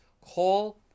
call